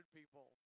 people